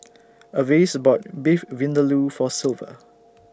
Avis bought Beef Vindaloo For Silver